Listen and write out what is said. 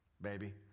baby